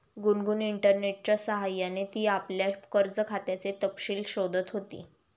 गुनगुन इंटरनेटच्या सह्याने ती आपल्या कर्ज खात्याचे तपशील शोधत होती